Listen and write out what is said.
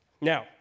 Now